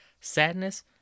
sadness